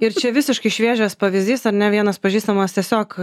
ir čia visiškai šviežias pavyzdys ar ne vienas pažįstamas tiesiog